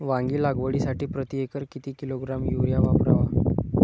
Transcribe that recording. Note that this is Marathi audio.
वांगी लागवडीसाठी प्रती एकर किती किलोग्रॅम युरिया वापरावा?